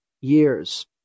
years